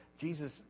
jesus